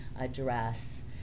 address